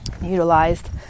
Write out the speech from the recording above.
utilized